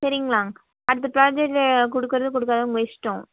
சரிங்ளா அடுத்த ப்ராஜெக்ட்டு கொடுக்கிறது கொடுக்காதது உங்கள் இஷ்டம்